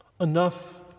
Enough